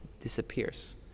disappears